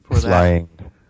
Flying